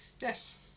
yes